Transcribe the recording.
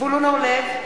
זבולון אורלב,